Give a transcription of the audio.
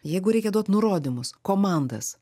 jeigu reikia duot nurodymus komandas